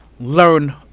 learn